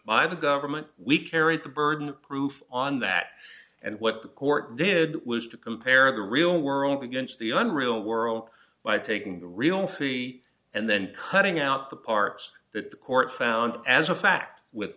by the government we carry the burden of proof on that and what the court did was to compare the real world against the un real world by taking the real city and then cutting out the parts that the court found as a fact with